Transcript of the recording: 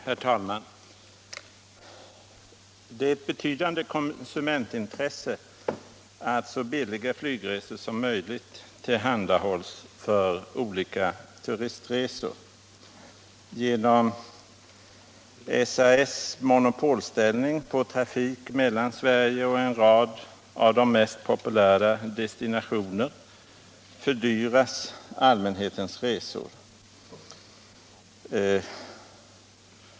Herr talman! Det är ett betydande konsumentintresse att så billiga flygresor som möjligt tillhandahålls för olika turistkategorier. Till följd av SAS monopolställning när det gäller trafik mellan Sverige och en rad av de mest populära destinationerna fördyras allmänhetens resor.